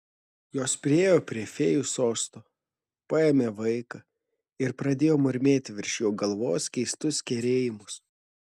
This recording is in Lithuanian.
jos priėjo prie fėjų sosto paėmė vaiką ir pradėjo murmėti virš jo galvos keistus kerėjimus